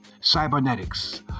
cybernetics